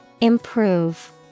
Improve